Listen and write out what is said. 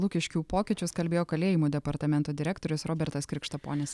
lukiškių pokyčius kalbėjo kalėjimų departamento direktorius robertas krikštaponis